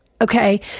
Okay